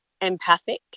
empathic